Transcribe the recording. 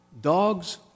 Dogs